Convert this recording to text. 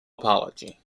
apology